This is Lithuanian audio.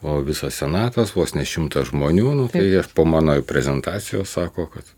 o visas senatas vos ne šimtas žmonių ir po mano prezentacijos sako kad